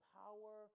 power